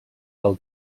del